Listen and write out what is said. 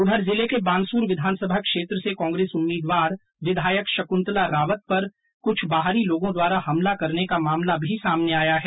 उधर जिले के बानसूर विधानसभा क्षेत्र से कांग्रेस उम्मीदवार विधायक शक्न्तला रावत पर बाहर क्छ बाहरी लोगों द्वारा हमला करने का मामला भी सामने आया है